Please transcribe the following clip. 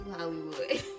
Hollywood